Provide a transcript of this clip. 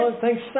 thanks